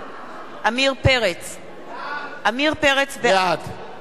(קוראת בשמות חברי הכנסת) עמיר פרץ, בעד בעד.